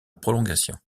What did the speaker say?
prolongation